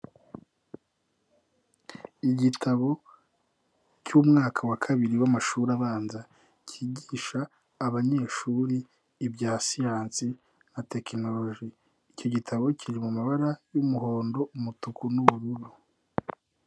Igitabo cy'umwaka wa kabiri w'amashuri abanza cyigisha abanyeshuri ibya siyansi nka tekinoroji. Icyo gitabo kiri mu mabara y'umuhondo, umutuku, nu'ubururu.